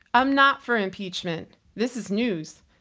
i'm not for impeachment. this is news.